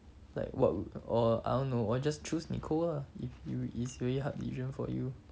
like what would or I don't know or just choose nicole lah if you is very hard decision for you